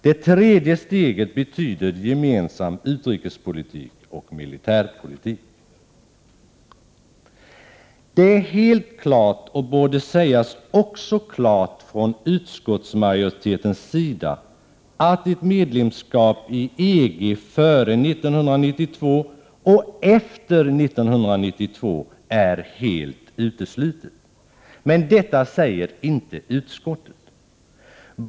Det tredje steget betyder gemensam utrikespolitik och militärpolitik. Det är helt klart och borde också sägas klart av utskottsmajoriteten att ett medlemskap i EG före 1992 och efter 1992 är helt uteslutet. Men detta säger inte utskottet.